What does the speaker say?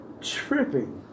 tripping